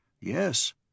Yes